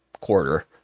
quarter